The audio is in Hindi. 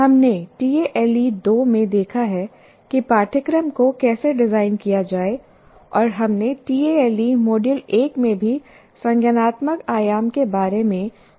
हमने टीएएलई 2 में देखा है कि पाठ्यक्रम को कैसे डिजाइन किया जाए और हमने टीएएलई मॉड्यूल 1 में भी संज्ञानात्मक आयाम के बारे में कुछ कैसे समझा